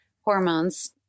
hormones